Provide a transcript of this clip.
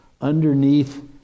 underneath